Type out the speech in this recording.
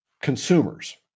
consumers